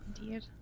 indeed